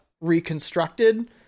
reconstructed